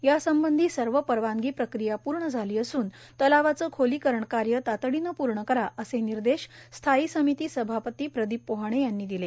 यासंबंधी सर्व परवानगी प्रक्रिया पूर्ण झाली असून तलावाचं खोलीकरण कार्य तातडीनं पूर्ण कराए असे निर्देश स्थायी समिती सभापती प्रदीप पोहाणे यांनी दिले